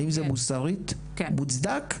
האם זה מוסרית מוצדק?